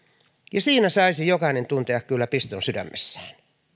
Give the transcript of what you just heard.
siinä saisi jokainen tuntea kyllä piston sydämessään